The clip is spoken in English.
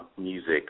music